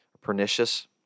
pernicious